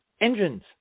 engines